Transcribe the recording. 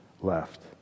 left